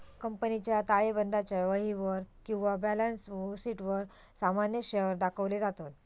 कंपनीच्या ताळेबंदाच्या वहीवर किंवा बॅलन्स शीटवर सामान्य शेअर्स दाखवले जातत